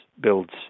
builds